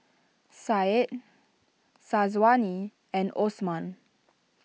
Said Syazwani and Osman